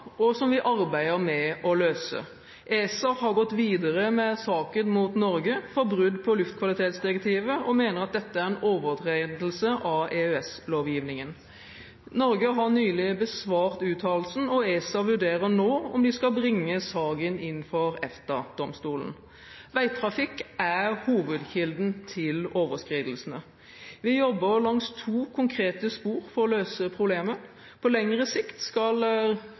og som vi arbeider med å løse. ESA har gått videre med saken mot Norge for brudd på luftkvalitetsdirektivet og mener at dette er en overtredelse av EØS-lovgivningen. Norge har nylig besvart uttalelsen, og ESA vurderer nå om de skal bringe saken inn for EFTA-domstolen. Veitrafikk er hovedkilden til overskridelsene. Vi jobber langs to konkrete spor for å løse problemet. På lengre sikt skal